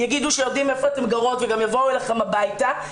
יגידו לכן שיודעים איפה אתן גרות וגם יבואו אליכן הביתה,